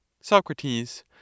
Socrates